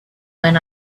when